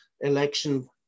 election